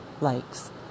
likes